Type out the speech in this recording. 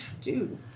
Dude